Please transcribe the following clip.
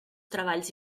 treballs